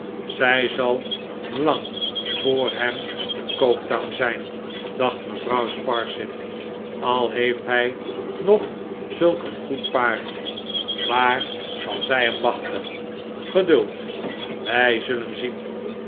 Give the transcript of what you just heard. zij zal lang voor hem te coketown zijn dacht mevrouw sparsit al heeft hij nog zulk een goed paard waar zal zij hem wachten geduld wij zullen zien